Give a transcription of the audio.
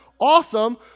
Awesome